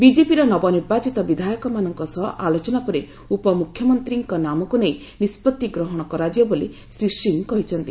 ବିଜେପିର ନବନିର୍ବାଚିତ ବିଧାୟକମାନଙ୍କ ସହ ଆଲୋଚନା ପରେ ଉପମୁଖ୍ୟମନ୍ତ୍ରୀଙ୍କ ନାମକୁ ନେଇ ନିଷ୍କତି ଗ୍ରହଣ କରାଯିବ ବୋଲି ଶ୍ରୀ ସିଂ କହିଛନ୍ତି